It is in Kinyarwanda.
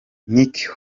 nick